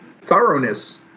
thoroughness